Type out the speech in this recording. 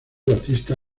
batista